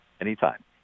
Anytime